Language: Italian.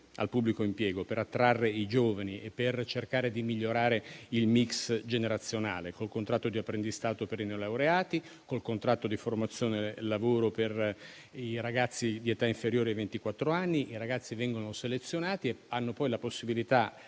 al pubblico impiego per attrarre i giovani e cercare di migliorare il mix generazionale: lo abbiamo fatto con il contratto di apprendistato per i neolaureati e con il contratto di formazione e lavoro per i ragazzi di età inferiore ai ventiquattro anni. I ragazzi vengono selezionati e hanno poi la possibilità,